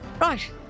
Right